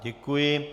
Děkuji.